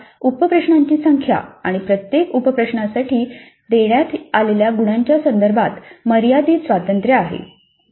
शिक्षकाला उप प्रश्नांची संख्या आणि प्रत्येक उपप्रश्नासाठी देण्यात आलेल्या गुणांच्या संदर्भात मर्यादित स्वातंत्र्य आहे